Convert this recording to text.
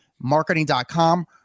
marketing.com